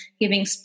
giving